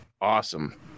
awesome